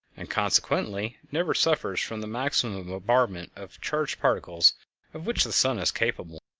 and consequently never suffers from the maximum bombardment of charged particles of which the sun is capable.